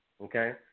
okay